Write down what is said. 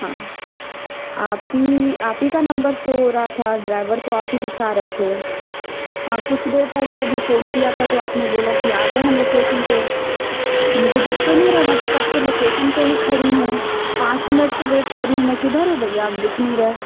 हाँ आप ही आप ही का नंबर शो हो रहा था ड्राइवर तो आप ही दिखा रहे थे हाँ कुछ देर पहले अभी फ़ोन किया था तो आपने बोला कि आ गए हैं लोकेशन पर मुझे दिख तो नहीं रहा मैं तो कब से लोकेसन पर ही खड़ी हूँ पाँच मिनट से वेट कर रही हूँ मैं किधर हूँ भैया आप दिख नहीं रहे